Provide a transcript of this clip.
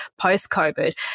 post-COVID